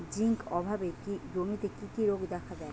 Zinc অভাবে জমিতে কি কি রোগ দেখাদেয়?